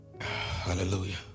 Hallelujah